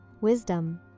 Wisdom